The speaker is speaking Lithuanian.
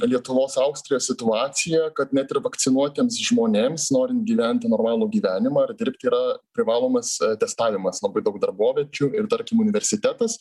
lietuvos austrijos situacija kad net ir vakcinuotiems žmonėms norint gyventi normalų gyvenimą ar dirbti yra privalomas testavimas labai daug darboviečių ir tarkim universitetas